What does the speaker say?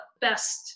best